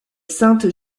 sainte